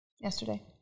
Yesterday